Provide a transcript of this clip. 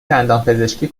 دندانپزشکی